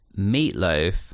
Meatloaf